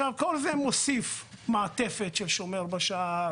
כל זה מוסיף מעטפת של שומר בשער,